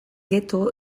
ghetto